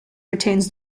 retains